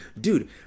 dude